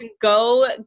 Go